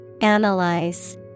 Analyze